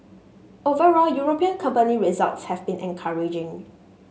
overall European company results have been encouraging